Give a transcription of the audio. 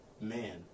man